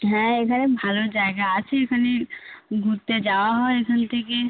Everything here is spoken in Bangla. হ্যাঁ এখানে ভালো জায়গা আছে এখানে ঘুরতে যাওয়া হয় এখান থেকে